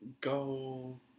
Go